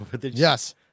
Yes